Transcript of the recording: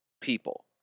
people